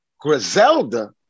Griselda